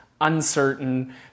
uncertain